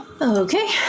Okay